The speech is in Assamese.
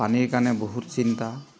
পানীৰ কাৰণে বহুত চিন্তা